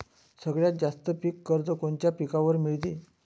सगळ्यात जास्त पीक कर्ज कोनच्या पिकावर मिळते?